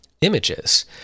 images